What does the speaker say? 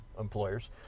employers